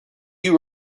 you